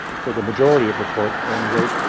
for the majority of the court, at any rate,